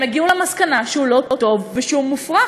הגיעו למסקנה שהוא לא טוב והוא מופרך.